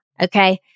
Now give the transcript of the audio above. okay